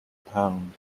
pound